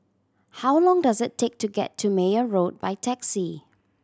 how long does it take to get to Meyer Road by taxi